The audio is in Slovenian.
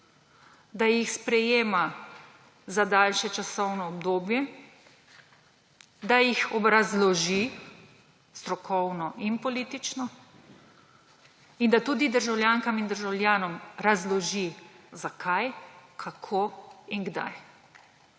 da jih sprejema za daljše časovno obdobje, da jih obrazloži strokovno in politično in da tudi državljankam in državljanom razloži, zakaj, kako in kdaj.